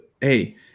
hey